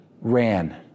ran